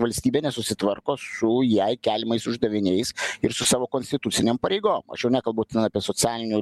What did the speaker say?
valstybė nesusitvarko su jai keliamais uždaviniais ir su savo konstitucinėm pareigom aš jau nekalbu apie socialinių